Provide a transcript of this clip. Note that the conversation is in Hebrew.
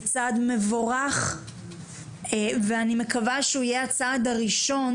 זה צעד מבורך ואני מקווה שהוא יהיה הצעד הראשון